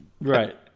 Right